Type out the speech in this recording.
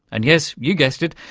and yes, you guessed it,